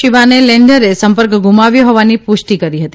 શિવાને લેન્ડરે સંપર્ક ગુમાવ્યો હોવાની પુષ્ટિ કરી હતી